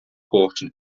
portion